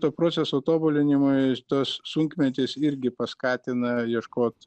to proceso tobulinimui tas sunkmetis irgi paskatina ieškot